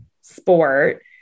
sport